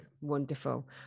wonderful